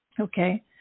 Okay